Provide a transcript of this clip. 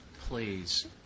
please